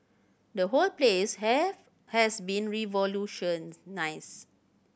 the whole place have has been revolutionised